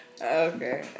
Okay